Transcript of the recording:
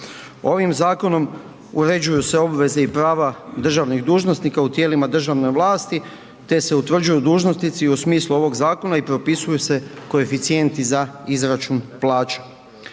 Ovim zakonom uređuju se obveze i prava državnih dužnosnika u tijelima državne vlasti te se utvrđuju dužnosnici u smislu ovog zakona i propisuju se koeficijenti za izračun plaće.